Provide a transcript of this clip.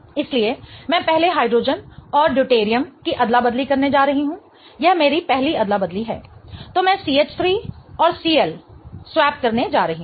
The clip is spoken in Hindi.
इसलिए मैं पहले हाइड्रोजन और ड्यूटेरियम की अदला बदली करने जा रही हूं यह मेरी पहली अदला बदली है तो मैं CH3 और Cl स्वैप करने जा रही हूं